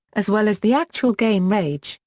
as well as the actual game rage,